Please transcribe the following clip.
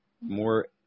more